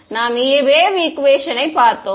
நாம் வேவ் ஈக்குவேஷனை பார்த்தோம்